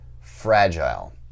fragile